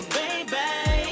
baby